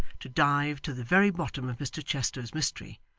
to dive to the very bottom of mr chester's mystery,